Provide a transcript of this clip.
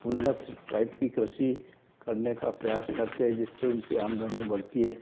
उन्नत टाइप की कृषि करने का प्रयास करते हैं जिससे उनकी आमदनी बढ़ती है